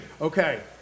Okay